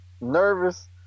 nervous